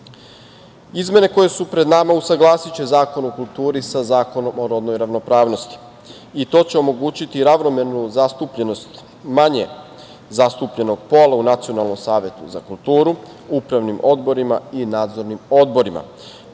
državi. Izmene koje su pred nama usaglasiće Zakon o kulturi sa Zakonom o rodnoj ravnopravnosti i to će omogućiti ravnomernu zastupljenost manje zastupljenog pola u Nacionalnom savetu za kulturu, upravnim odborima i nadzornim odborima,